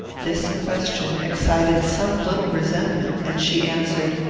this question excited some little resentment, and she answered,